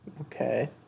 Okay